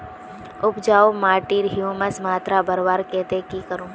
उपजाऊ माटिर ह्यूमस मात्रा बढ़वार केते की करूम?